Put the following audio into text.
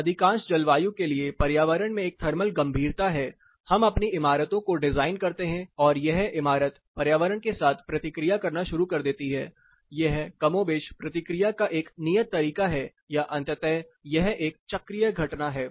तो अधिकांश जलवायु के लिए पर्यावरण में एक थर्मल गंभीरता है हम अपनी इमारतों को डिजाइन करते हैं और यह इमारत पर्यावरण के साथ प्रतिक्रिया करना शुरू कर देती है यह कमोबेश प्रतिक्रिया का एक नियत तरीका है या अंततः यह एक चक्रीय घटना है